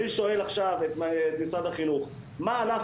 אני שואל עכשיו את משרד החינוך מה אנחנו